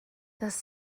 dass